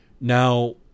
Now